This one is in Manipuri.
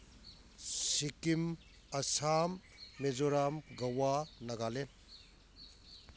ꯁꯤꯀꯤꯝ ꯑꯁꯥꯝ ꯃꯦꯖꯣꯔꯥꯝ ꯒꯋꯥ ꯅꯒꯥꯂꯦꯟ